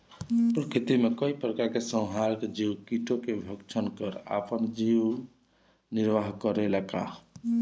प्रकृति मे कई प्रकार के संहारक जीव कीटो के भक्षन कर आपन जीवन निरवाह करेला का?